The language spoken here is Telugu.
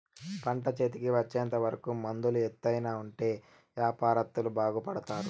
పంట చేతికి వచ్చేంత వరకు మందులు ఎత్తానే ఉంటే యాపారత్తులు బాగుపడుతారు